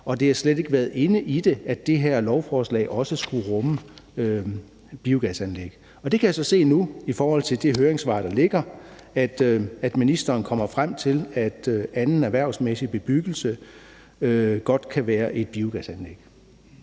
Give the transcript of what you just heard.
og det har slet ikke været inde i det, at det her lovforslag også skulle rumme biogasanlæg. Der kan jeg så se nu, i forhold til det høringssvar, der ligger, at ministeren kommer frem til, at anden erhvervsmæssig bebyggelse godt kan være et biogasanlæg.